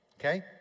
okay